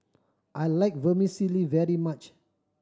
I like Vermicelli very much